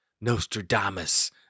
Nostradamus